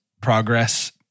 progress